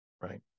Right